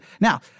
Now